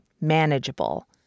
manageable